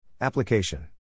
Application